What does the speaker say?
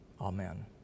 Amen